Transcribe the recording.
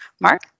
Mark